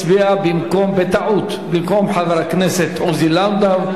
הצביע בטעות במקום חבר הכנסת עוזי לנדאו.